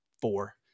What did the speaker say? four